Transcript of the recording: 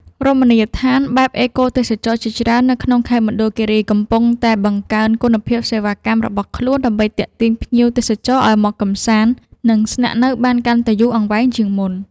រមណីយដ្ឋានបែបអេកូទេសចរណ៍ជាច្រើននៅក្នុងខេត្តមណ្ឌលគីរីកំពុងតែបង្កើនគុណភាពសេវាកម្មរបស់ខ្លួនដើម្បីទាក់ទាញភ្ញៀវទេសចរឱ្យមកកម្សាន្ត និង ស្នាក់នៅបានកាន់តែយូរអង្វែងជាងមុន។